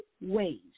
ways